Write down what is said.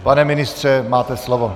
Pane ministře, máte slovo.